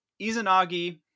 Izanagi